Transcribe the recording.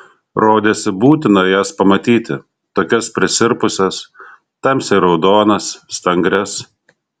rodėsi būtina jas pamatyti tokias prisirpusias tamsiai raudonas stangrias